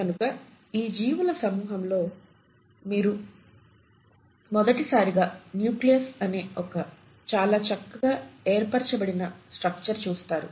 కనుక ఈ జీవుల సమూహము లో మీరు మొదటి సారిగా నూక్లియస్ అనే ఒక చాలా చక్కగా ఏర్పరచబడిన స్ట్రక్చర్ చూస్తారు